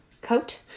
coat